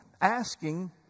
asking